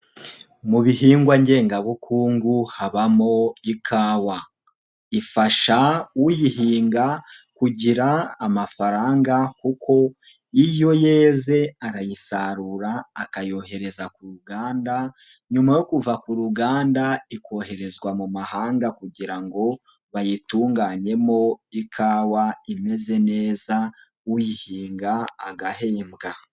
Mu bihingwa ngengabukungu habamo ikawa, ifasha uyihinga kugira amafaranga kuko iyo yeze arayisarura akayohereza ku ruganda, nyuma yo kuva ku ruganda ikoherezwa mu mahanga kugira ngo bayitunganyemo ikawa imeze neza uyihinga agahembwa.